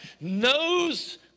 knows